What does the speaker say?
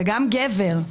וגם גבר,